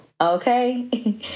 Okay